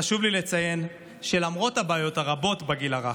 חשוב לי לציין שלמרות הבעיות הרבות בגיל הרך,